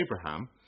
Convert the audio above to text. Abraham